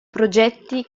progetti